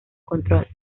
control